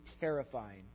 terrifying